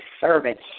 servant